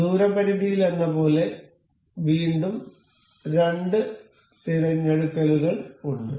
അതിനാൽ ദൂരപരിധിയിലെന്നപോലെ വീണ്ടും രണ്ട് തിരഞ്ഞെടുക്കലുകൾ ഉണ്ട്